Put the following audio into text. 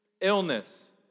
Illness